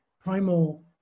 primal